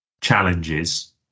challenges